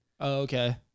okay